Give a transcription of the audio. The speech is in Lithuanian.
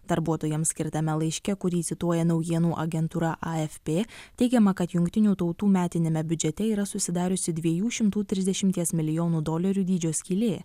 darbuotojams skirtame laiške kurį cituoja naujienų agentūra afp teigiama kad jungtinių tautų metiniame biudžete yra susidariusi dviejų šimtų trisdešimties milijonų dolerių dydžio skylė